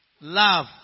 Love